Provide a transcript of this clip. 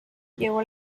llegó